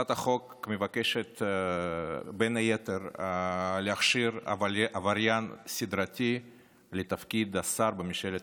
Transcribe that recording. הצעת החוק מבקשת בין היתר להכשיר עבריין סדרתי לתפקיד שר בממשלה ישראל.